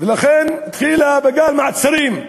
ולכן היא התחילה בגל מעצרים.